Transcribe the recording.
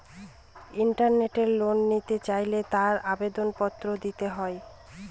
ইন্টারনেটে লোন নিতে চাইলে তার আবেদন পত্র দিতে হয়